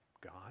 God